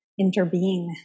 interbeing